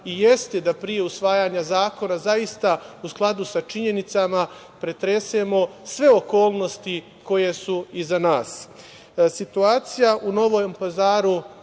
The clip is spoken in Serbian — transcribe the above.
i jeste da pre usvajanja zakona, u skladu sa činjenicama, pretresemo sve okolnosti koje su iza nas. Situacija u Novom Pazaru